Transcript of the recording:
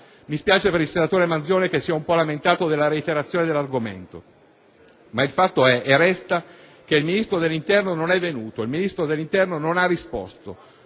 Mi spiace per il senatore. Manzione, che si è un po' lamentato della reiterazione dell'argomento, ma il fatto è - e resta - che il Ministro dell'Interno non è venuto, il Ministro dell'Interno non ha risposto.